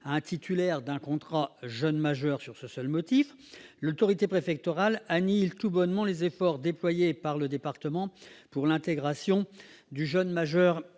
à un titulaire d'un contrat jeune majeur sur ce seul motif, l'autorité préfectorale annihile tout bonnement les efforts déployés par le département en vue de l'intégration de ce jeune.